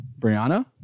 Brianna